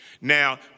Now